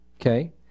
Okay